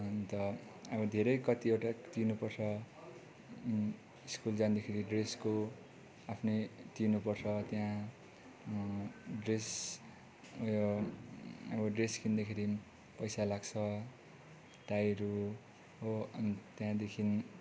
अन्त अब धेरै कतिवटा तिर्नुपर्छ स्कुल जाँदाखेरि ड्रेसको आफ्नै तिर्नुपर्छ त्यहाँ ड्रेस अब यो अब ड्रेस किन्दाखेरि पनि पैसा लाग्छ टाईहरू हो अनि त्यहाँदेखि